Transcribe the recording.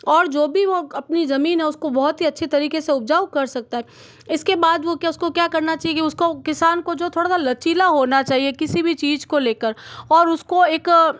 और जो भी वो अपनी ज़मीन है उसको बहुत ही अच्छी तरीके से उपजाऊ कर सकता है इसके बाद वह क्या उसको क्या करना चाहिए उसको किसान को जो थोड़ा लचीला होना चाहिए किसी भी चीज को लेकर और उसको एक